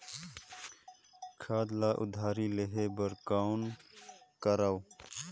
खाद ल उधारी लेहे बर कौन करव?